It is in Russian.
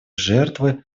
жертвой